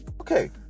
Okay